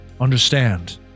understand